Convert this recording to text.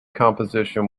composition